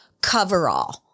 coverall